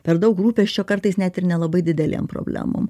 per daug rūpesčio kartais net ir nelabai didelėm problemom